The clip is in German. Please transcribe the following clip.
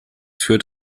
führt